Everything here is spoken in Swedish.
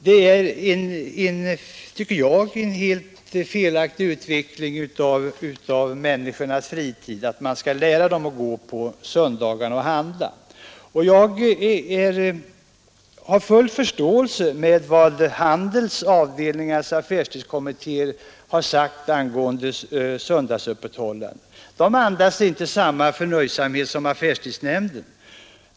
Jag tycker att det är felaktigt att lära människor att gå och handla på söndagarna; det är en olycklig utveckling av människornas fritid. Jag har full förståelse för vad Handels-avdelningarnas affärstidskommitté uttalat angående söndagsöppethållande. Det uttalandet andas inte samma förnöjsamhet som affärstidsnämndens.